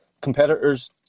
competitors